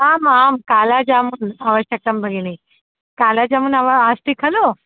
आम् आम् काला जामुन् आवश्यकं भगिनि काला जामुन् अव अस्ति खलु